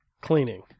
Cleaning